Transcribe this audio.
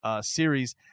Series